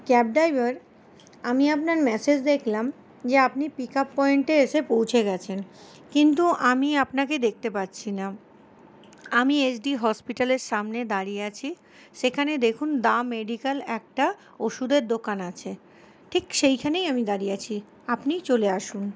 cab driver আমি আপনার message দেখলাম যে আপনি পিক আপ পয়েন্টে এসে পৌঁছে গেছেন কিন্তু আমি আপনাকে দেখতে পারছি না আমি এসডি হসপিটালের সামনে দাঁড়িয়ে আছি সেখানে দেখুন দা মেডিক্যাল একটা ওষুধের দোকান আছে ঠিক সেইখানেই আমি দাঁড়িয়ে আছি আপনি চলে আসুন